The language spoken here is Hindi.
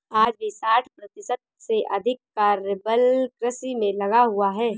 आज भी साठ प्रतिशत से अधिक कार्यबल कृषि में लगा हुआ है